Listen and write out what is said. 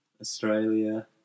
Australia